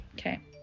Okay